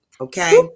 okay